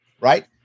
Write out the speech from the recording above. right